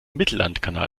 mittellandkanal